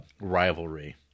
rivalry